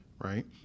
right